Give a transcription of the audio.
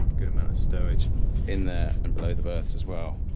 good amount of stowage in there and below the berths as well,